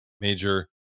major